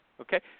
Okay